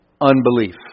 unbelief